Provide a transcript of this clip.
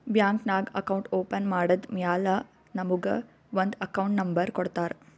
bank ನಾಗ್ account open ಮಾಡದ್ದ್ ಮ್ಯಾಲ ನಮುಗ ಒಂದ್ ಅಕೌಂಟ್ ನಂಬರ್ ಕೊಡ್ತಾರ್